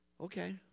okay